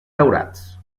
daurats